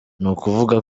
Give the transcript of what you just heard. nukuvuga